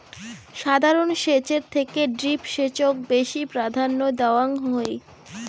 সাধারণ সেচের থেকে ড্রিপ সেচক বেশি প্রাধান্য দেওয়াং হই